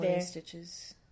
stitches